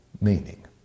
meaning